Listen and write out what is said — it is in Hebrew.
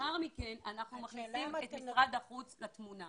לאחר מכן אנחנו מכניסים את משרד החוץ לתמונה.